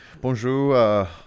Bonjour